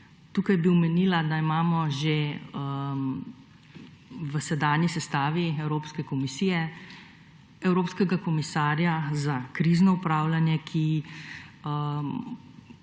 Tukaj bi omenila, da imamo že v sedanji sestavi evropske komisije evropskega komisarja za krizno upravljanje, ki